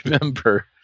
remember